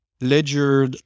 Ledger